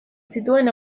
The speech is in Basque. zituen